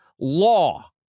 law